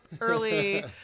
early